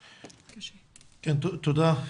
תודה.